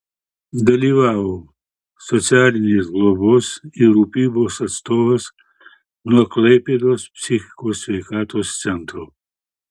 dalyvavo socialinės globos ir rūpybos atstovas nuo klaipėdos psichikos sveikatos centro